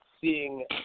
seeing